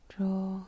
Draw